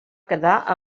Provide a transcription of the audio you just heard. quedar